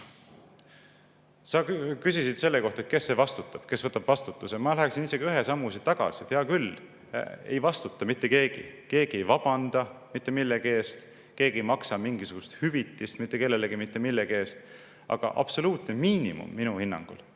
Sa küsisid selle kohta, kes vastutab, kes võtab vastutuse. Ma läheksin isegi ühe sammu tagasi. Hea küll, ei vastuta mitte keegi, keegi ei vabanda mitte millegi eest, keegi ei maksa mingisugust hüvitist mitte kellelegi mitte millegi eest. Aga absoluutne miinimum peaks minu hinnangul